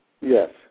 yes